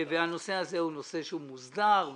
והנושא הזה הוא נושא שהוא מוסדר.